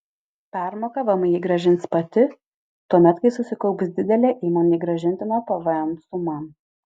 permoką vmi grąžins pati tuomet kai susikaups didelė įmonei grąžintino pvm suma